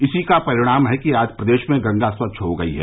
इसी का परिणाम है कि आज प्रदेश में गंगा स्वच्छ हो गयी हैं